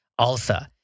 ALSA